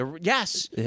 Yes